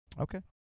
Okay